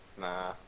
Nah